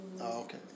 okay